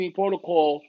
protocol